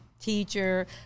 teacher